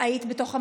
היית בתוך המליאה?